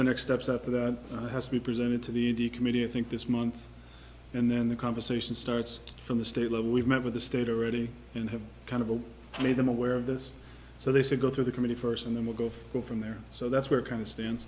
the next steps up that has to be presented to the committee and think this month and then the conversation starts from the state level we've met with the state already and have kind of all made them aware of this so they say go through the committee first and then we'll go from there so that's where it kind of sta